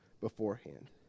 beforehand